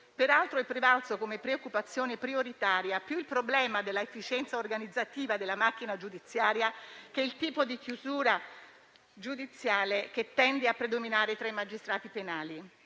Peraltro è prevalso, come preoccupazione prioritaria, più il problema della efficienza organizzativa della macchina giudiziaria che il tipo di chiusura giudiziale che tende a predominare tra i magistrati penali.